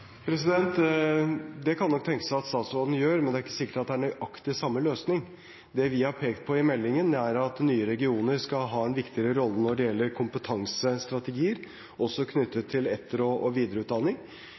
Det kan det nok tenkes at statsråden gjør, men det er ikke sikkert at det er nøyaktig samme løsning. Det vi har pekt på i meldingen, er at nye regioner skal ha en viktigere rolle når det gjelder kompetansestrategier, også